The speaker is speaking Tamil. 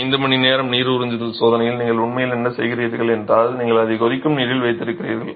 5 மணிநேர நீர் உறிஞ்சுதல் சோதனையில் நீங்கள் உண்மையில் என்ன செய்கிறீர்கள் என்றால் நீங்கள் அதை கொதிக்கும் நீரில் வைக்கிறீர்கள்